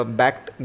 backed